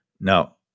Now